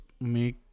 make